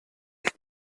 ich